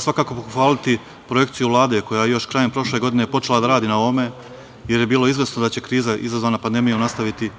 svakako pohvaliti projekciju Vlade, koja je još krajem prošle godine počela da radi na ovom, jer je bilo izvesno da će se kriza izazvana pandemijom nastaviti